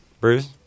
Bruce